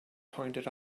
pointed